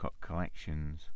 collections